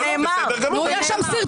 זה בדיוק הסתה.